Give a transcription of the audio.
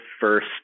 first